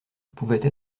pouvaient